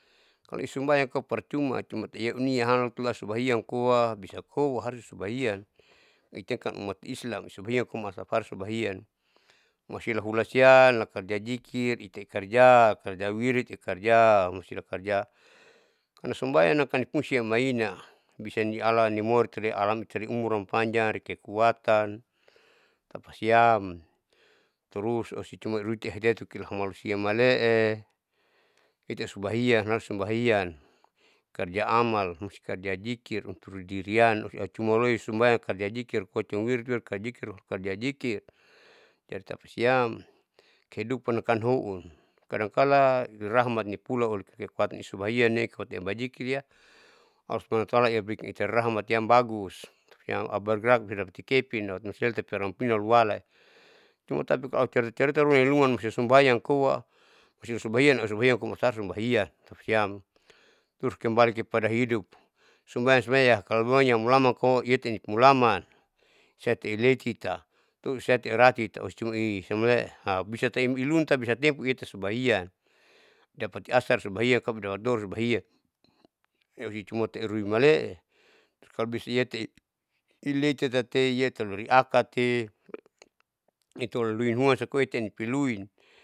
Kalo isumbaian kaparcuma cuma iyeuhina halotula subahian koa, bisa koa harus subahian itaikan umat islam. subahian koa asapa subahian masela hulasian lakadia zikir, itai karja, karja wiritte karja musila karja kansumbaian nakani pusian namaina bisa nialan nimori terealan itere umuran panjang rikekuatan tapasiam. Terus ose cuma iruti ihidayat tukilahamaulisiam male'e, itai subahian naharus subahian, karja amal musti karja zikir untuk dirian, ose aucuma loi sumbaian karja zikir kocuma wirwir kazikir karja zikir jadi tapasiam kehidupan kanhoun. kadang kala dirahmat nipula olikatipatni subahianne koitia bazikirya, harus pengetahuan iabikin itai rahmatiam bagus tapasiam aubergerak bisa dapati kepinnan nusaeli tapirampina nualae. Cuma tapi au carita carita runi luman musi sumbaian koa urusi subaian ausubaian koaausasubaian tapasiam, terus kembali pada hidup sumbaian sumbaian kalo memangnya mulama koa iyeti mulaman siati ilekita oscumai siamle'e bisataem ilunta bisataem pueita biasa subaian. Dapati ashar subaian kadapati dohor subaian aruicumateerui male'e terus kalo bisate iyati ileitate iyetaloi akati itailoinuma sakoite piluin.